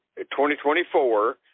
2024